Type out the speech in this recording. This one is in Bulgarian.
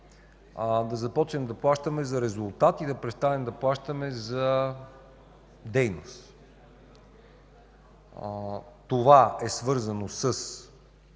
да започнем да плащаме за резултат и да престанем да плащаме за дейност. Това е свързано с,